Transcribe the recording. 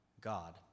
God